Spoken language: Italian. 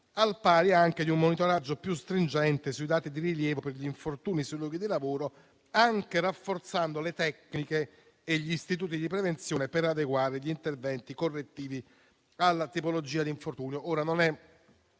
al pari anche di un monitoraggio più stringente sui dati di rilievo per gli infortuni sui luoghi di lavoro, anche rafforzando le tecniche e gli istituti di prevenzione, per adeguare gli interventi correttivi alla tipologia di infortunio. Non è